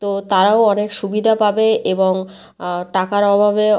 তো তারাও অনেক সুবিধা পাবে এবং টাকার অভাবে